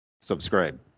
subscribe